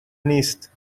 نیست